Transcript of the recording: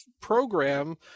program